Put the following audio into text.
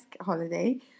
holiday